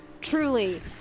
truly